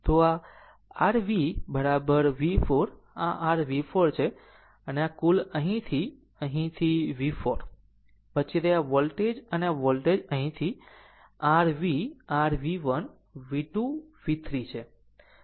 તો આ છે r V આ V 4 આ r V 4 છે અને આ કુલ અહીંથી અહીં અહીંથી અહીં V 4 પછી આ વોલ્ટેજ અને આ વોલ્ટેજ અહીંથી અહીં તે r V r V1V2 V3 છે